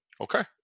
Okay